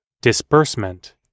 Disbursement